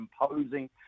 imposing